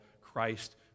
Christ